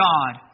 God